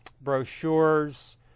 brochures